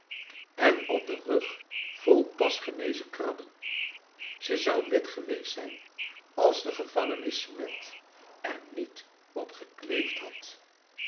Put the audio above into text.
en op den rug vol pas genezen krabben ze zou wit geweest zijn als de gevangenissmet er niet op gekleefd had